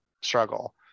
struggle